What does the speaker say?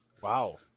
Wow